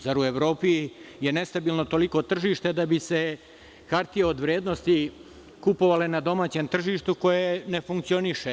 Zar je u Evropi toliko nestabilno tržište da bi se hartije od vrednosti kupovale na domaćem tržištu koje ne funkcioniše?